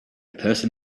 person